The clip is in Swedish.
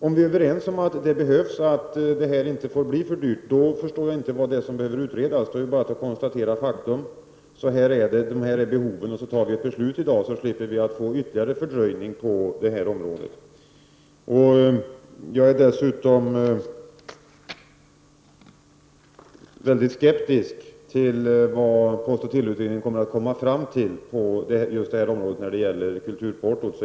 Om vi är överens om att det behövs och att det inte får bli för dyrt, förstår jag inte vad som behöver utredas. Då behöver vi bara konstatera att detta behov föreligger och fattar ett beslut i dag. I så fall slipper vi en ytterligare fördröjning på detta område. Jag är dessutom mycket skeptisk till de resultat som postoch teleutredningen kan komma fram till när det gäller kulturportot.